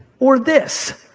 or this,